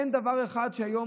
אין דבר אחד שהיום,